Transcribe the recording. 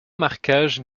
marquage